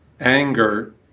anger